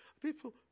People